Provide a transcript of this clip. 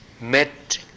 met